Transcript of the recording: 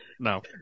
No